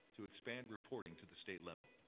to expand reporting to the state level,